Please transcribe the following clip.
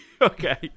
Okay